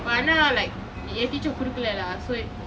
but ஆனால்:aanal like என்:en teacher கொடுக்கலே:kodukale lah so